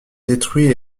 détruits